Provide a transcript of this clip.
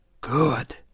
good